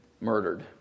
murdered